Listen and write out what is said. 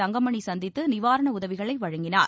தங்கமணி சந்தித்து நிவாரண உதவிகளை வழங்கினார்